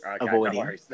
avoiding